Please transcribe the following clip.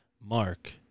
Mark